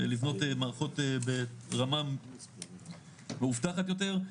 לבנות מערכות ברמה מאובטחת יותר.